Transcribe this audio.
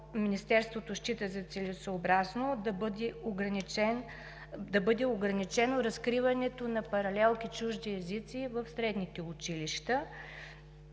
Министерството счита за целесъобразно, да бъде ограничено разкриването на паралелки за чужди езици в съседни училища